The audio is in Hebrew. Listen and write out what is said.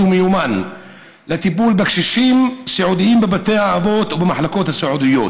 ומיומן לטיפול בקשישים סיעודיים בבתי אבות ובמחלקות הסיעודיות.